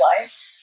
life